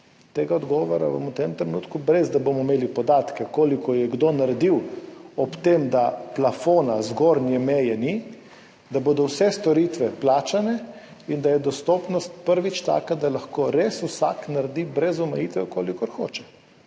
Tega odgovora vam v tem trenutku brez da bomo imeli podatke, koliko je kdo naredil, ob tem, da plafona, zgornje meje ni, da bodo vse storitve plačane in da je dostopnost prvič taka, da lahko res vsak naredi brez omejitev kolikor hoče.